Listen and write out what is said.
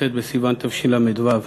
כ"ט בסיוון תשל"ו,